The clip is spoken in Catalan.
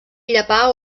llepar